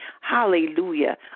Hallelujah